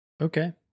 Okay